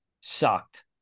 sucked